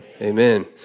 Amen